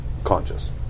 Conscious